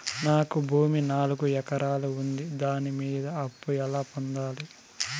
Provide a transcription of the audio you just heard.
నాకు భూమి నాలుగు ఎకరాలు ఉంది దాని మీద అప్పు ఎలా పొందాలి?